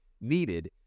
needed